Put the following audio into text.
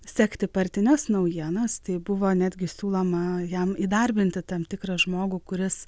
sekti partines naujienas tai buvo netgi siūloma jam įdarbinti tam tikrą žmogų kuris